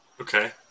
Okay